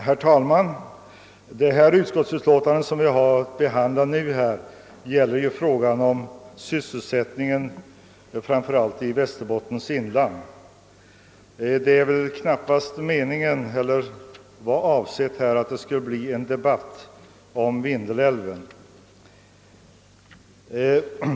Herr talman! Det utskottsutlåtande som vi nu behandlar gäller frågan om sysselsättningen framför allt i Västerbottens inland. Det var väl knappast avsett att det skulle föranleda en debatt om Vindelälven.